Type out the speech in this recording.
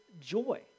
joy